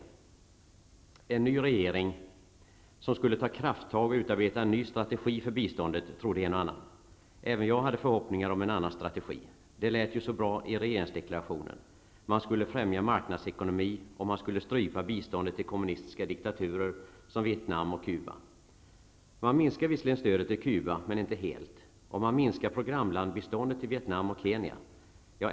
Vi har fått en ny regering som skulle ta krafttag och utarbeta en ny strategi för biståndet, trodde en och annan. Även jag hade förhoppningar om en annan strategi. Det lät ju så bra i regeringsdeklarationen -- man skulle främja marknadsekonomi, och man skulle strypa biståndet till kommunistiska diktaturer som Vietnam och Cuba. Man minskar visserligen stödet till Cuba, men inte helt. Man minskar programlandsbiståndet till Vietnam och Kenya.